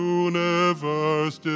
universe